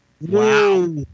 Wow